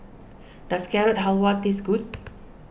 does Carrot Halwa taste good